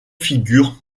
figure